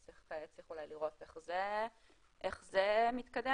אז צריך אולי לראות איך זה מתקדם.